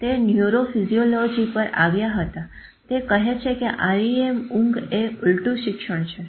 તે ન્યુરોફીસીઓલોજી પર આવ્યા હતા તે કહે છે કે REM ઊંઘ એ ઉલટું શિક્ષણ છે